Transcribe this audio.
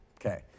okay